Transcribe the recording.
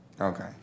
Okay